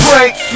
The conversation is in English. Break